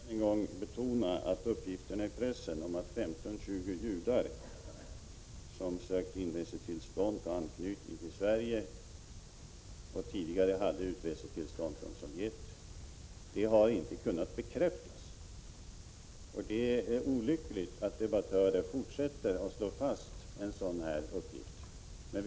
Herr talman! Jag vill än en gång betona att uppgiften i pressen om att det var 15-20 judar med anknytning till Sverige som sökt inresetillstånd till Sverige och som tidigare hade utresetillstånd från Sovjet inte har kunnat bekräftas. Det är olyckligt att debattörer fortsätter att slå fast en sådan uppgift.